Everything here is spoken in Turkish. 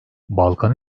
balkan